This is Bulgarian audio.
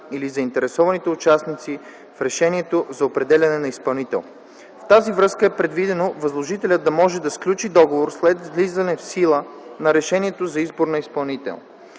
или заинтересованите участници за решението за определяне на изпълнител. В тази връзка е предвидено възложителят да може да сключи договор след влизане в сила на решението за избор на изпълнител.